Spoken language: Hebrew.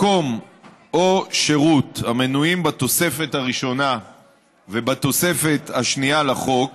מקום או שירות המנויים בתוספת הראשונה ובתוספת השנייה לחוק